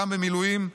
גם במילואים,